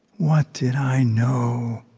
what did i know,